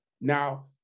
Now